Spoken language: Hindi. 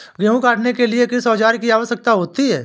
गेहूँ काटने के लिए किस औजार की आवश्यकता होती है?